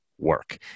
work